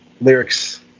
lyrics